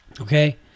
okay